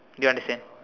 you understand